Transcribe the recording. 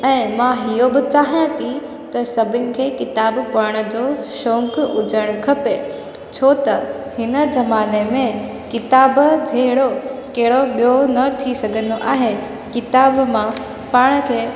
ऐं मां इहो बि चाहियां थी त सभिनी खे किताब पढ़ण जो शौक़ु हुजणु खपे छो त हिन ज़माने में किताब जहिड़ो कहिड़ो ॿियों न थी सघंदो आहे किताब मां पाण खे